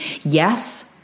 Yes